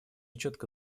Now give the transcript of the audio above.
четко